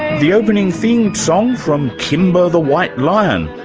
the opening theme song from kimba the white lion,